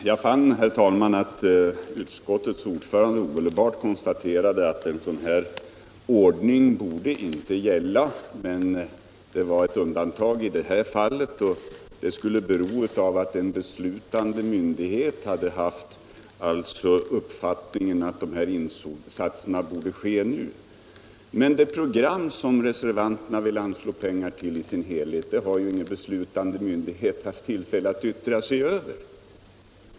Herr talman! Jag fann att utskottets ordförande omedelbart konstaterade att en sådan här ordning inte borde gälla men att det var ett undantag i det här fallet. Det skulle bero på att en myndighet hade haft uppfattningen att dessa insatser borde göras nu. Men det program som reservanterna vill anslå pengar till i dess helhet har ju ingen beslutande myndighet haft tillfälle att yttra sig över.